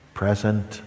present